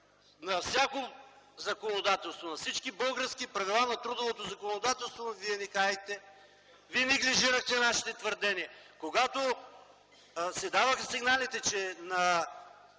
на всякакво законодателство, на всички български правила в трудовото законодателство, вие нехаехте, неглижирахте нашите твърдения. Когато се даваха сигналите, че на